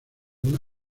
una